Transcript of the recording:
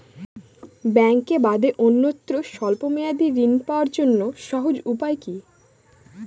ব্যাঙ্কে বাদে অন্যত্র স্বল্প মেয়াদি ঋণ পাওয়ার জন্য সহজ উপায় কি?